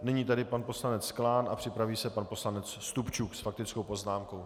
Nyní tedy pan poslanec Klán a připraví se pan poslanec Stupčuk s faktickou poznámkou.